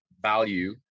value